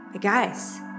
Guys